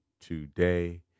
today